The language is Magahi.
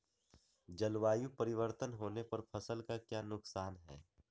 जलवायु परिवर्तन होने पर फसल का क्या नुकसान है?